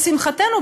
לשמחתנו,